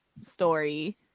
story